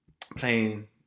playing